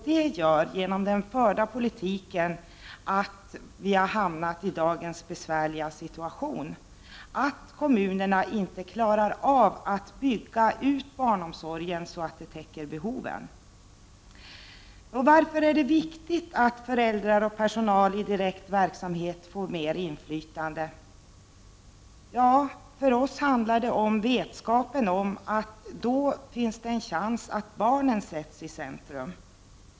Det är den förda politiken som gör att vi har hamnat i dagens besvärliga situation, där kommunerna inte klarar av att bygga ut barnomsorgen så att den täcker behoven. Nå, varför är det viktigt att föräldrar och personal i direkt verksamhet får mer inflytande? För oss handlar det om vetskapen om att det då finns en chans att barnen sätts i centrum.